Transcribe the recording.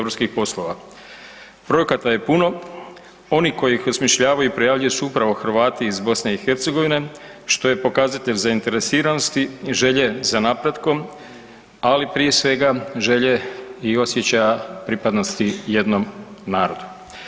Projekata je puno, onih koji ih osmišljavaju i prijavljuju su upravo Hrvati iz BiH-a, što je pokazatelj zainteresiranosti i želje za napretkom ali prije svega želje i osjećaja pripadnosti jednom narodu.